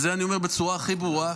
את זה אני אומר בצורה הכי ברורה,